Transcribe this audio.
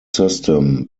system